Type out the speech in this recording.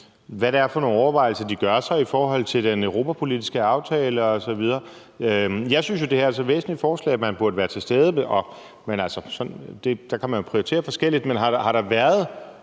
hvad det er for nogle overvejelser, de gør sig i forhold til den europapolitiske aftale osv. Jeg synes jo, det her er så væsentligt et forslag, at man burde være til stede, men altså, der kan man jo prioritere forskelligt. Men har der været